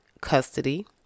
custody